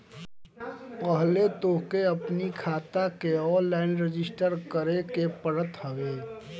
पहिले तोहके अपनी खाता के ऑनलाइन रजिस्टर करे के पड़त हवे